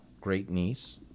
great-niece